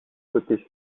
côté